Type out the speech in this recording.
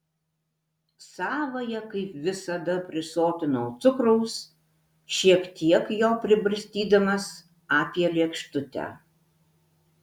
savąją kaip visada prisotinau cukraus šiek tiek jo pribarstydamas apie lėkštutę